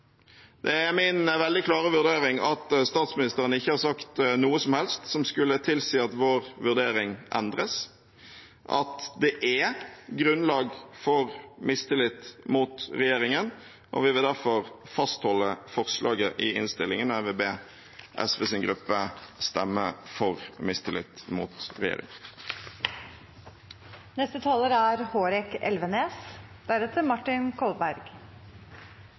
Det er min veldig klare vurdering at statsministeren ikke har sagt noe som helst som skulle tilsi at vår vurdering, at det er grunnlag for mistillit mot regjeringen, endres. Vi vil derfor fastholde forslaget i innstillingen, og jeg vil be SVs gruppe stemme for mistillit mot